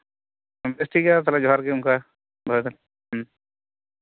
ᱴᱷᱤᱠ ᱜᱮᱭᱟ ᱛᱟᱦᱞᱮ ᱡᱚᱦᱟᱨ ᱜᱮ ᱚᱱᱠᱟ ᱫᱚᱦᱚᱭ ᱵᱮᱱ